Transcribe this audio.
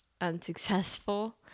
unsuccessful